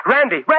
Randy